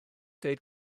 dweud